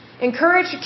encourage